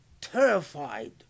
terrified